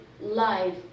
life